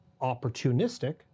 opportunistic